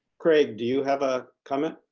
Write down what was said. craig, do you have a comment?